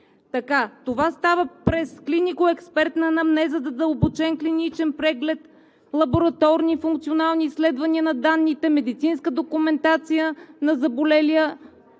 Това става през клинико-експертна анамнеза, задълбочен клиничен преглед, лабораторни, функционални изследвания на данните, медицинска документация на заболелия.